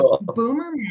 boomer